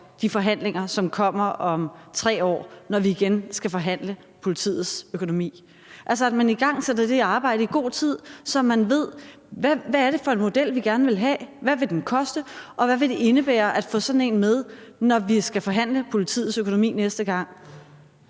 de forhandlinger, som kommer om 3 år, når vi igen skal forhandle politiets økonomi – altså at man igangsætter det arbejde i god tid, så man ved, hvad det er for en model, vi gerne vil have, hvad den vil koste, og hvad det vil indebære at få sådan en med, når vi skal forhandle politiets økonomi næste gang?